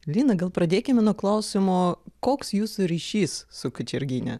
lina gal pradėkime nuo klausimo koks jūsų ryšys su kačergine